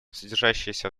содержащиеся